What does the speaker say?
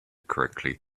correctly